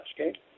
okay